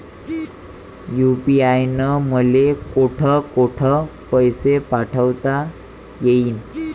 UPI न मले कोठ कोठ पैसे पाठवता येईन?